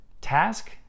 Task